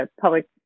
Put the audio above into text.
public